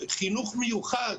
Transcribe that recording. שהחינוך המיוחד,